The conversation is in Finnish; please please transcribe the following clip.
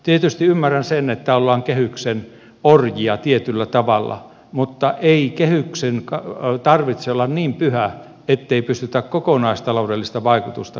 tietysti ymmärrän sen että ollaan kehyksen orjia tietyllä tavalla mutta ei kehyksen tarvitse olla niin pyhä ettei pystytä kokonaistaloudellista vaikutusta katsomaan